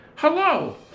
Hello